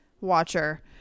watcher